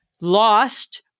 lost